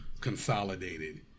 consolidated